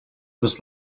must